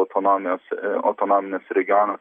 autonomijos autonominis regionas